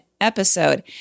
episode